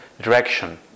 direction